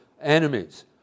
enemies